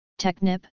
Technip